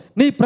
ni